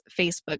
facebook